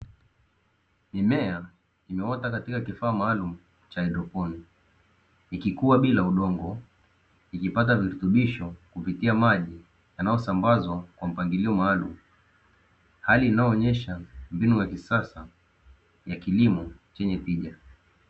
Mimea imeota katika kifaa maalumu cha haidroponi, ikikua bila udongo ikipata virutubisho kupitia maji yanayosambazwa kwa mpangilio maalumu hali inayoonyesha mbinu ya kisasa ya kilimo chenye tija.